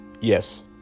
yes